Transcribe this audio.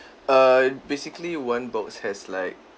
err basically one box has like